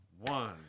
One